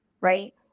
right